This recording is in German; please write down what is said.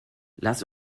lass